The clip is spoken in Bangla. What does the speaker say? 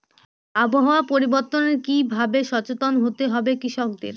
আবহাওয়া পরিবর্তনের কি ভাবে সচেতন হতে হবে কৃষকদের?